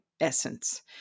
essence